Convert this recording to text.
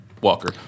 Walker